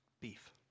beef